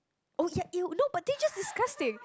oh yuck !eww! no but that's just disgusting